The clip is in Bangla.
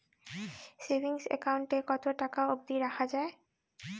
সেভিংস একাউন্ট এ কতো টাকা অব্দি রাখা যায়?